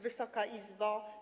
Wysoka Izbo!